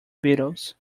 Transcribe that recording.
beatles